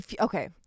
Okay